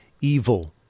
evil